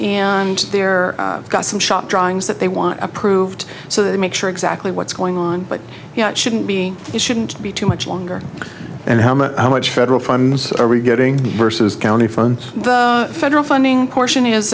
and they're got some shop drawings that they want approved so they make sure exactly what's going on but you know it shouldn't be it shouldn't be too much longer and how much how much federal funds are we getting versus county from the federal funding portion is